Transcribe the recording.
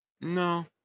No